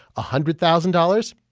ah hundred thousand dollars,